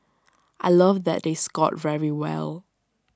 I love that they scored very well